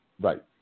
Right